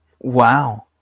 Wow